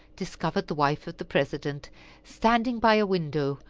discovered the wife of the president standing by a window,